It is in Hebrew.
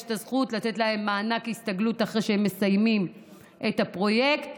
יש את הזכות לתת להם מענק הסתגלות אחרי שהם מסיימים את הפרויקט,